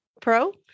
Pro